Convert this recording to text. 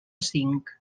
cinc